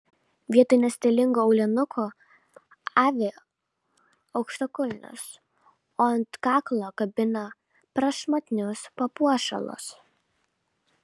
vietoj nestilingų aulinukų avi aukštakulnius o ant kaklo kabina prašmatnius papuošalus